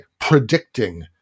predicting